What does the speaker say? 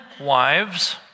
wives